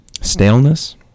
staleness